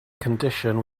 condition